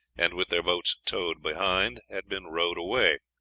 and, with their boats towing behind, had been rowed away,